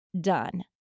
done